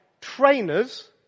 trainers